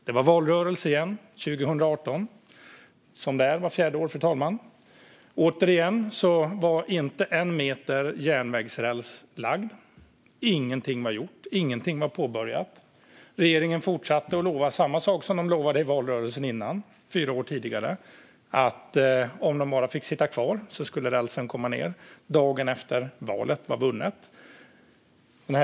Det var valrörelse igen 2018, som det är vart fjärde år, fru talman. Återigen var inte en meter järnvägsräls lagd. Ingenting var gjort, och ingenting var påbörjat. Regeringen fortsatte att lova samma sak som man lovade i valrörelsen innan, fyra år tidigare. Om de bara fick sitta kvar skulle rälsen komma ned dagen efter att valet var vunnet.